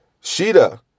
Sheeta